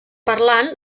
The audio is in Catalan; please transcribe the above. parlant